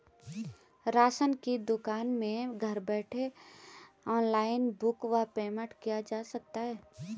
Ration की दुकान में घर बैठे ऑनलाइन बुक व पेमेंट किया जा सकता है?